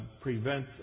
prevent